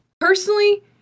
Personally